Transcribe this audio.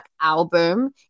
album